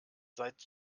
seit